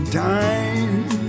time